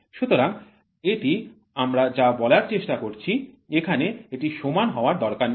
সুতরাং এটি আমরা যা বলার চেষ্টা করছি এখানে এটি সমান হওয়ার দরকার নেই